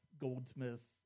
Goldsmith's